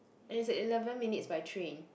and it's a eleven minutes by train